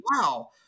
wow